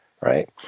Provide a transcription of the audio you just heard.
Right